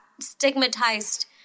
stigmatized